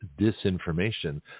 disinformation